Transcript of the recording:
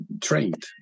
trained